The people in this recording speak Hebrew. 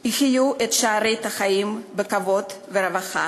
יחיו את שארית חייהם בכבוד וברווחה.